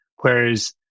Whereas